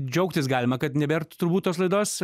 džiaugtis galima kad nebėr turbūt tos laidos